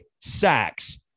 sacks